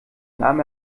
nahm